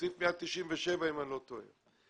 סעיף 197 אם אני לא טועה.